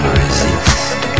resist